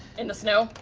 in the snow,